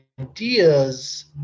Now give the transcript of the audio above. ideas